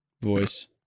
voice